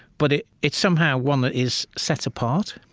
but it's somehow one that is set apart.